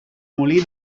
molí